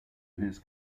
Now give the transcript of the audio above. his